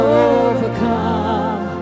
overcome